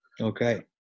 Okay